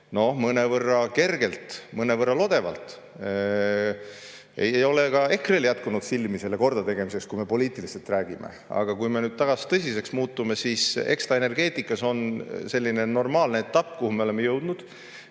mõnevõrra kergelt, mõnevõrra lodevalt. Ei ole ka EKRE-l jätkunud silmi selle kordategemiseks, kui me poliitiliselt räägime. Aga kui me nüüd taas tõsiseks muutume, siis eks see on energeetikas selline normaalne etapp, kuhu me oleme jõudnud.